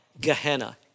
Gehenna